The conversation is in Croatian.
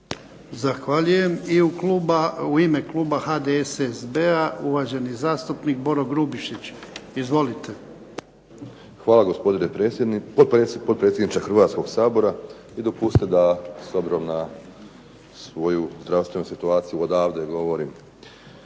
Zahvaljujem. I u ime kluba HDSSB-a uvaženi zastupnik Boro Grubišić. Izvolite. **Grubišić, Boro (HDSSB)** Hvala gospodine potpredsjedniče Hrvatskog sabora i dopustite s obzirom na svoju zdravstvenu situaciju odavde govorim.